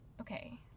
Okay